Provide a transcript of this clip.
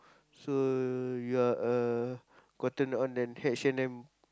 so you are a Cotton-On then H-and-M